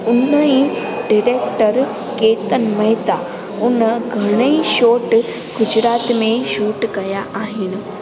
हुन ई डिरेक्टर केतन मेहता हुन घणेई शॉट गुजरात में शूट कया आहिनि